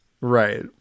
right